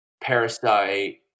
Parasite